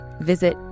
Visit